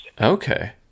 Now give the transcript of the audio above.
Okay